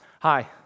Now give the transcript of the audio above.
Hi